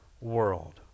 world